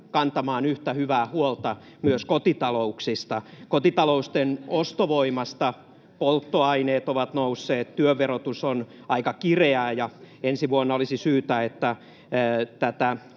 kantamaan yhtä hyvää huolta myös kotitalouksista. Kotitalouksien ostovoimasta polttoaineet ovat nousseet, työn verotus on aika kireää, ja ensi vuonna olisi syytä uudistaa tätä